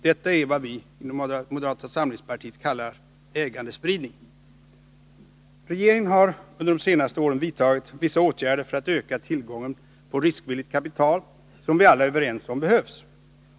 Detta är vad vi inom moderata samlingspartiet kallar ägandespridning. Regeringen har under de senaste åren vidtagit vissa åtgärder för att öka tillgången på riskvilligt kapital, som vi alla är överens om behövs.